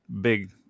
big